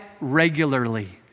regularly